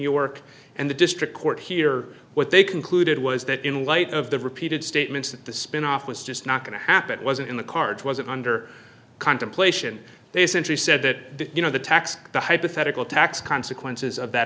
york and the district court here what they concluded was that in light of the repeated statements that the spinoff was just not going to happen it wasn't in the cards was it under contemplation they simply said that you know the tax the hypothetical tax consequences of that